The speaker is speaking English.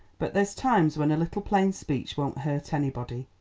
but there's times when a little plain speech won't hurt anybody.